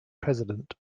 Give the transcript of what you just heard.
president